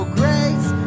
grace